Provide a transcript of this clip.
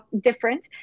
different